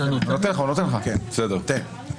בבקשה.